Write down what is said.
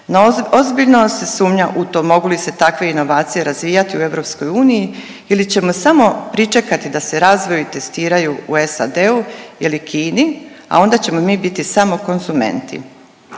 no ozbiljno se sumnja u to mogu li se takve inovacije razvijati u EU ili ćemo samo pričekati da se razviju i testiraju u SAD-u ili Kini, a onda ćemo mi biti samo konzumenti.